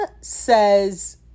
says